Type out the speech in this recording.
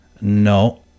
No